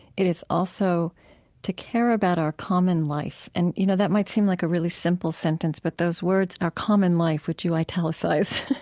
it is also to care about our common life. and you know, that mean seem like a really simple sentence, but those words our common life which you italicize,